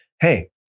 hey